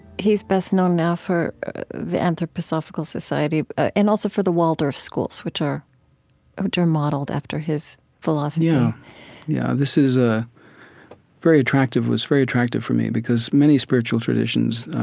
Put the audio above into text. he's best known now for the anthroposophical society and also for the waldorf schools, which are modeled after his philosophy yeah. yeah. this is a very attractive was very attractive for me because many spiritual traditions,